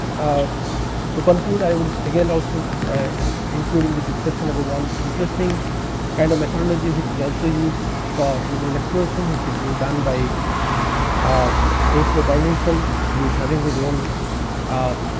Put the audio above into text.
ah to conclude i would again also including the discussion of a one interesting kind of methodology which is also used for mineral exploration which is being done by ah kingsley, burlinson who is having his own ah